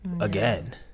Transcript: again